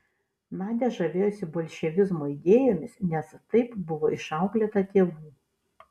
nadia žavėjosi bolševizmo idėjomis nes taip buvo išauklėta tėvų